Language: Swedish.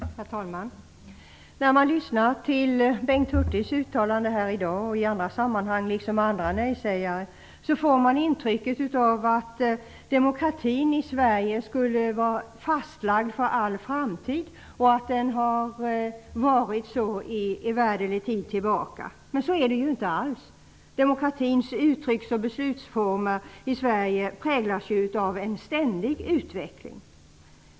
Herr talman! När man lyssnar till Bengt Hurtig här i dag och i andra sammanhang, liksom till andra nejsägare, får man intrycket av att demokratin i Sverige skulle ha varit fastlagd i evärdlig tid och för all framtid. Men så är det inte alls. Demokratins uttrycks och beslutsformer i Sverige präglas ju av en ständig utveckling.